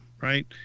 right